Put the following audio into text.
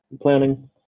planning